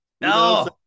No